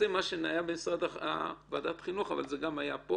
מה שהיה בוועדת חינוך, גם היה פה